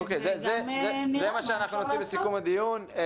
אוקיי, זה מה שאנחנו נוציא בסיכום הדיון.